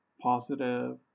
positive